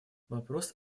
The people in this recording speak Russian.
вопрос